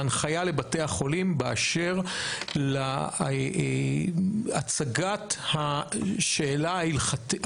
ההנחיה לבתי החולים באשר להצגת השאלה ההלכתית,